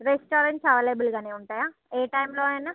restaurants అవైలబుల్గానే ఉంటాయా ఏ టైంలో అయినా